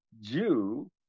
Jew